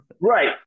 Right